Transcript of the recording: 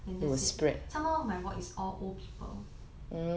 then that's it some more my ward is all old people